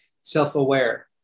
self-aware